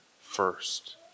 first